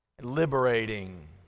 liberating